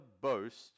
boast